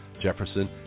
Jefferson